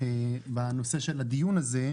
בנושא של הדיון הזה,